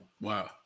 wow